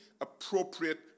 appropriate